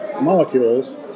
molecules